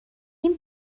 این